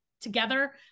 together